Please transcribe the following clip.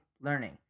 learning